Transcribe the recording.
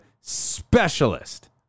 specialist